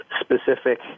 specific